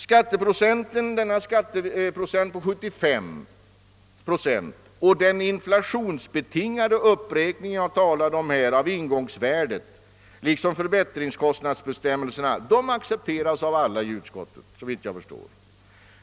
Skatteberäkningen på 75 procent och den inflationsbetingade uppräkning, som jag talade om här, av ingångsvärdet liksom förbättringskostnadsbestämmelserna accepteras av alla ledamöterna i utskottet, såvitt jag förstår.